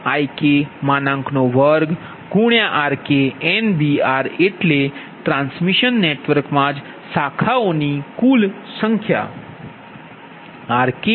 NBR એટલે transmission નેટવર્કમાં જ શાખાઓની કુલ સંખ્યા